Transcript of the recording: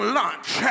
lunch